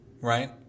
right